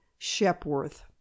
Shepworth